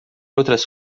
outras